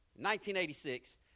1986